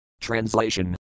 TRANSLATION